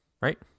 right